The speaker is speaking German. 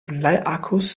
bleiakkus